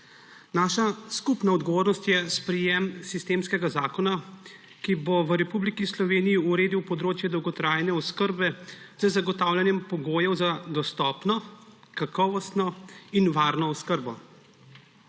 Naša skupna odgovornost je sprejem sistemskega zakona, ki bo v Republiki Sloveniji uredil področje dolgotrajne oskrbe z zagotavljanjem pogojev za dostopno, kakovostno in varno oskrbo.